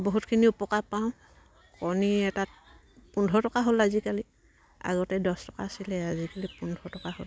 বহুতখিনি উপকাৰ পাওঁ কণী এটাত পোন্ধৰ টকা হ'ল আজিকালি আগতে দছ টকা আছিলে আজিকালি পোন্ধৰ টকা হ'ল